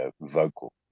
vocal